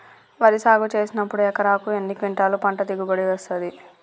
వరి సాగు చేసినప్పుడు ఎకరాకు ఎన్ని క్వింటాలు పంట దిగుబడి వస్తది?